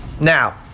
Now